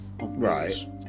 right